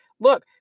Look